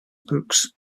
books